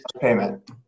payment